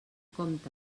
compte